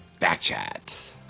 Backchat